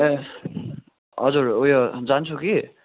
ए हजुर उयो जान्छु कि